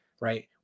right